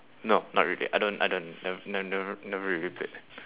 no not really I don't I don't ne~ ne~ never never really played